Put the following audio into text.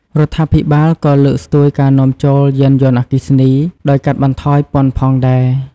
រដ្ឋាភិបាលក៏លើកស្ទួយការនាំចូលយានយន្តអគ្គីសនី ដោយកាត់បន្ថយពន្ធផងដែរ។